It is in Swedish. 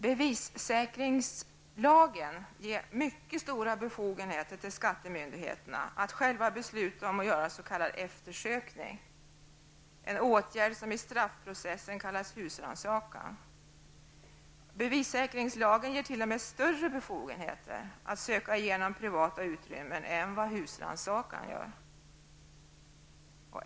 Bevissäkringslagen ger mycket stora befogenheter till skattemyndigheterna att själva besluta om att göra s.k. eftersökning, vilket är en åtgärd som i straffprocessen kallas husrannsakan. Bevissäkringslagen ger t.o.m. större befogenheter att söka igenom privata utrymmen än vad husrannsakan gör.